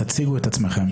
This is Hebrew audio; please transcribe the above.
תציגו אתכם.